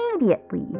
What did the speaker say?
immediately